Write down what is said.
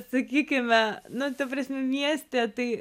sakykime na ta prasme mieste tai